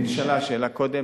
נשאלה השאלה קודם.